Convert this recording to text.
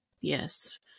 Yes